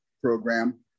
program